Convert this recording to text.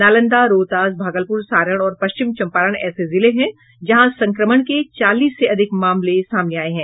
नालंदा रोहतास भागलपुर सारण और पश्चिम चंपारण ऐसे जिले हैं जहां संक्रमण के चालीस से अधिक मामले सामने आये हैं